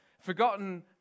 forgotten